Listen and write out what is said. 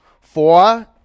Four